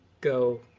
go